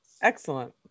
Excellent